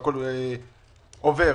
הכול עובר.